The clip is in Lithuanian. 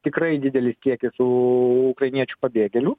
tikrai didelį kiekį tų ukrainiečių pabėgėlių